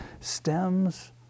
stems